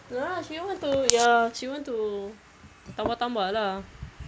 ya she want to ya she want to tambah-tambah lah